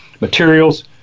materials